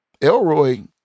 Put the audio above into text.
Elroy